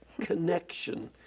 connection